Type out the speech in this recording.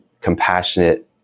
compassionate